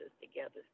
together